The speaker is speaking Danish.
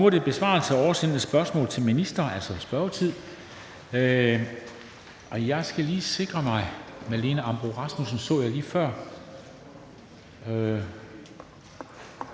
Nu er det besvarelse af oversendte spørgsmål til ministrene, altså spørgetiden, og jeg skal lige sikre mig, at Malene Ambo-Rasmussen er til stede.